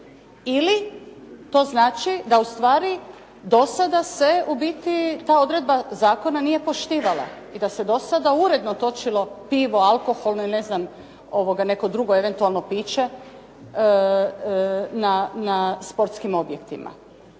Ili to znači da ustvari do sada se u biti ta odredba zakona nije poštivala i da se do sada uredno točilo pivo, alkoholno ili ne znam neko drugo eventualno piće na sportskim objektima.